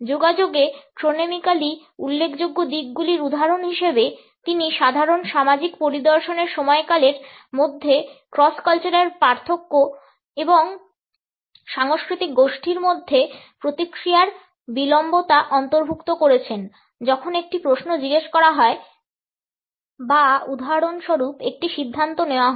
যোগাযোগে ক্রনেমিকালি উল্লেখযোগ্য দিকগুলির উদাহরণ হিসাবে তিনি সাধারণ সামাজিক পরিদর্শনের সময়কালের মধ্যে ক্রস কালচারাল পার্থক্য বিভিন্ন সাংস্কৃতিক গোষ্ঠীর মধ্যে প্রতিক্রিয়ার বিলম্বতা অন্তর্ভুক্ত করেছেন যখন একটি প্রশ্ন জিজ্ঞাসা করা হয় বা উদাহরণস্বরূপ একটি সিদ্ধান্ত নেওয়া হয়